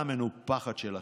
משהו אחר, שחלקכם